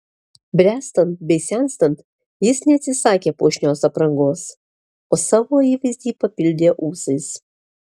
bręstant bei senstant jis neatsisakė puošnios aprangos o savo įvaizdį papildė ūsais